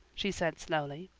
she said slowly.